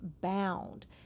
bound